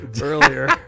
earlier